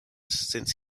since